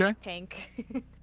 Tank